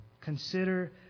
consider